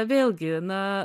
vėlgi na